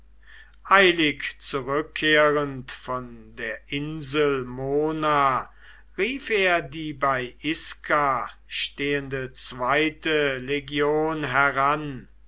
eilig zurückkehrend von der insel mona rief er die bei isca stehende zweite legion heran